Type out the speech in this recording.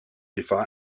gefahr